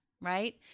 right